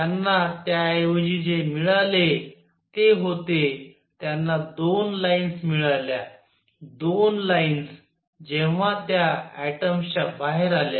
त्यांना त्याऐवजी जे मिळाले ते होते त्यांना 2 लाईन्स मिळाल्या 2 लाईन्स जेव्हा त्या ऍटॉम्स च्या बाहेर आल्या